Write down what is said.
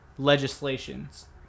legislations